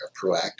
proactive